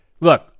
Look